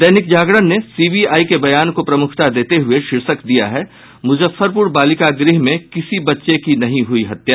दैनिक जागरण ने सीबीआई के बयान को प्रमुखता देते हुए शीर्षक दिया है मुजफ्फरपुर बालिका गृह में किसी बच्चे की नहीं हुई हत्या